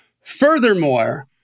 Furthermore